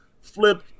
flip